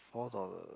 four dollar